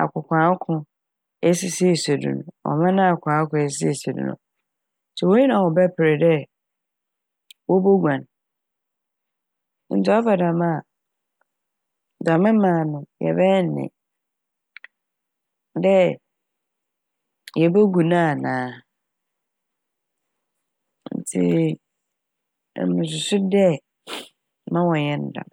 akokoakoko esisiisi do no ɔman a akokoako esisiisi do no nkyɛ hɔn nyinaa wɔbɛper dɛ woboguan. Ntsi ɔba dɛm a dɛm man no yɛbɛyɛ ne dɛn, dɛ yebogu n' anaa ntsi emi mususu dɛ ma wɔnnyɛ ne dɛm.